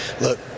Look